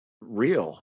real